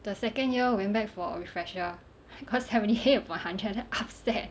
the second year went back for refresher I got seventy eight upon hundred damn upset